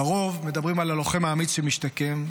לרוב מדברים על הלוחם האמיץ שמשתקם.